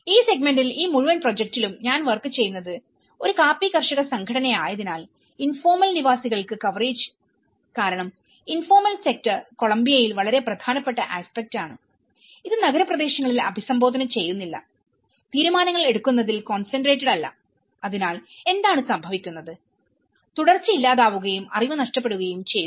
ഈ സെഗ്മെന്റിൽ ഈ മുഴുവൻ പ്രോജക്റ്റിലും ഞാൻ വർക്ക് ചെയ്യുന്നത് ഒരു കാപ്പി കർഷക സംഘടനയായതിനാൽ ഇൻഫോർമൽ നിവാസികളുടെ കവറേജ് കാരണം ഇൻഫോർമൽ സെക്ടർ കൊളംബിയയിൽ വളരെ പ്രധാനപ്പെട്ട ആസ്പെക്ട് ആണ് ഇത് നഗരപ്രദേശങ്ങളിൽ അഭിസംബോധന ചെയ്യുന്നില്ലതീരുമാനങ്ങൾ എടുക്കുന്നതിൽ കോൺസെൻട്രേറ്റഡ് അല്ല അതിനാൽ എന്താണ് സംഭവിക്കുന്നത്തുടർച്ച ഇല്ലാതാവുകയും അറിവ് നഷ്ടപ്പെടുകയും ചെയ്യുന്നു